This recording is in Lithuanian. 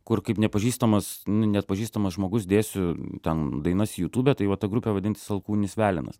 kur kaip nepažįstamas nu neatpažįstamas žmogus dėsiu ten dainas į jutubę tai vat ta grupė vadinsis alkūninis velenas